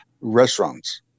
restaurants